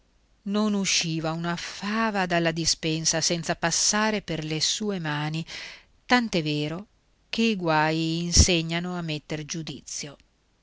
non usciva una fava dalla dispensa senza passare per le sue mani tant'è vero che i guai insegnano a metter giudizio